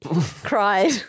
cried